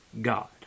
God